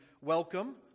welcome